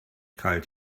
kalt